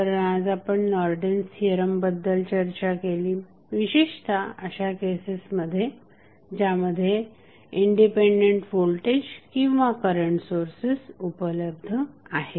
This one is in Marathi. तर आज आपण नॉर्टन्स थिअरम बद्दल चर्चा केली विशेषतः अशा केसेस ज्यामध्ये इंडिपेंडेंट व्होल्टेज किंवा करंट सोर्सेस उपलब्ध आहेत